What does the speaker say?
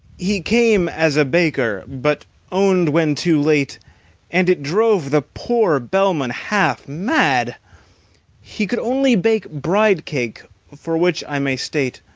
he came as a baker but owned, when too late and it drove the poor bellman half-mad he could only bake bridecake for which, i may state,